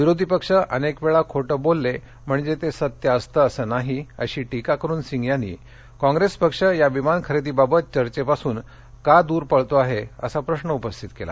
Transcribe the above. विरोधी पक्ष अनेकवेळा खोटं बोलले म्हणजे ते सत्य असतं असं नाही अशी टीका करुन सिंग यांनी काँप्रेस पक्ष या विमान खरेदीबाबत चर्चेपासून का दूर पळत आहे असा प्रश्न उपस्थित केला